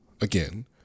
again